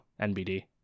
nbd